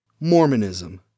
Mormonism